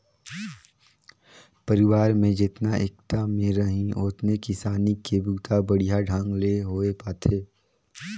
परिवार में जेतना एकता में रहीं ओतने किसानी के बूता बड़िहा ढंग ले होये पाथे